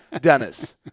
Dennis